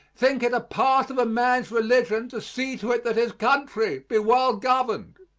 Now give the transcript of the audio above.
think it a part of a man's religion to see to it that his country be well governed.